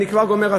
אני כבר גומר,